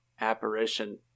apparition